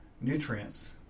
nutrients